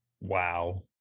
Wow